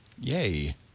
Yay